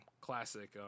classic